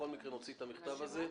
בכל מקרה, נשלח את המכתב הזה.